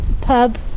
pub